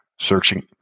searching